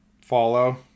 Follow